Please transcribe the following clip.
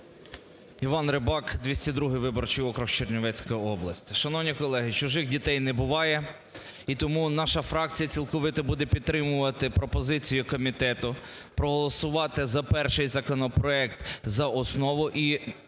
Іван Рибак, 202 виборчий округ, Чернівецька область. Шановні колеги, чужих дітей не буває, і тому наша фракція цілковито буде підтримувати пропозицію комітету проголосувати за перших законопроект за основу і